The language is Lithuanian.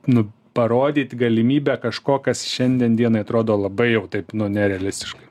nu parodyt galimybę kažko kas šiandien dienai atrodo labai jau taip nu nerealistiškai